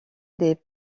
des